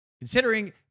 considering